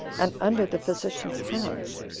and under the physician's hands.